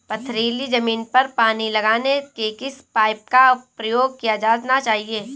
पथरीली ज़मीन पर पानी लगाने के किस पाइप का प्रयोग किया जाना चाहिए?